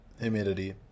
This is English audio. humidity